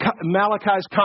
Malachi's